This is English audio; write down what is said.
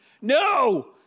No